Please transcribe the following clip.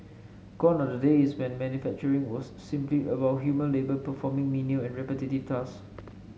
gone are the days when manufacturing was simply about human labour performing menial and repetitive tasks